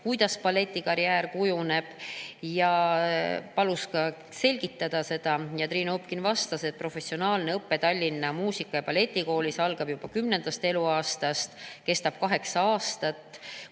kuidas balletikarjäär kujuneb, ja palus seda selgitada. Triinu Upkin vastas, et professionaalne õpe Tallinna Muusika- ja Balletikoolis algab juba kümnendast eluaastast ja kestab kaheksa aastat.